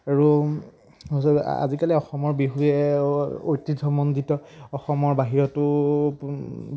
আৰু আজিকালি অসমৰ বিহুৱে ঐতিহ্যমণ্ডিত অসমৰ বাহিৰতো